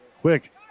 quick